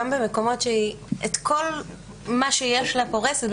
גם במקומות שבהם את כל מה שיש לה היא פורסת,